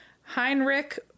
Heinrich